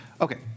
Okay